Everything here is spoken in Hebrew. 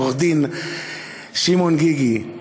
עורך-הדין שמעון גיגי,